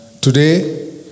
today